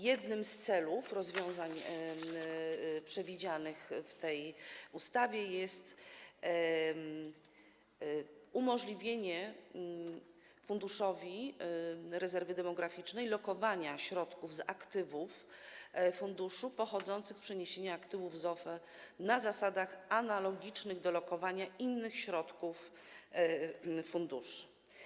Jednym z celów rozwiązań przewidzianych w tej ustawie jest umożliwienie Funduszowi Rezerwy Demograficznej lokowania środków z aktywów funduszu pochodzących z przeniesienia aktywów z OFE na zasadach analogicznych do lokowania innych środków funduszu.